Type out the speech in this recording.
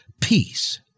peace